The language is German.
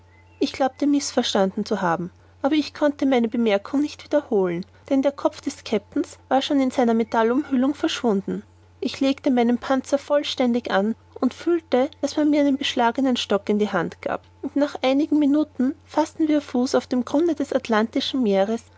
ich glaubte mißverstanden zu haben aber ich konnte meine bemerkung nicht wiederholen denn der kopf des kapitäns war schon in seiner metallumhüllung verschwunden ich legte meinen panzer vollständig an und fühlte daß man mir einen beschlagenen stock in die hand gab und nach einigen minuten faßten wir fuß auf dem grunde des atlantischen meeres